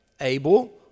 Abel